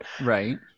Right